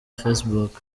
facebook